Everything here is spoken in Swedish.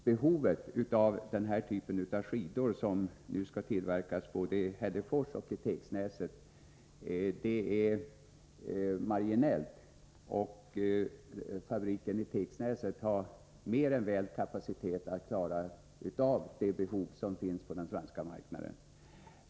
Behovet av den typ av skidor som nu skall tillverkas både i Hällefors och i Tegsnäset är marginellt, och fabriken i Tegsnäset har mer än väl kapacitet för att klara det behov som finns på den svenska marknaden.